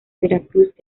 veracruz